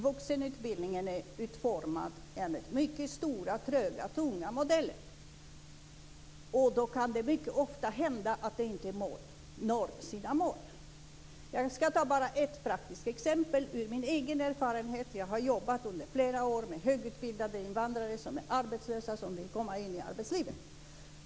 Vuxenutbildningen är utformad enligt mycket stora, tröga och tunga modeller. Då kan det ofta hända att de inte når sina mål. Jag ska ge ett praktiskt exempel ur min egen erfarenhet. Jag har under flera år jobbat med arbetslösa högutbildade invandrare som vill komma in i arbetslivet.